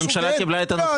הממשלה קיבלה את הנוסח